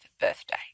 birthday